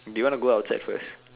Do you want to go outside first